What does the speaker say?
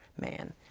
man